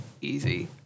easy